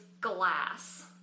glass